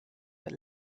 but